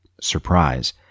Surprise